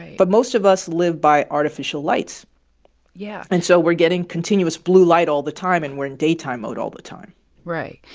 but most of us live by artificial lights yeah and so we're getting continuous blue light all the time, and we're in daytime mode all the time right.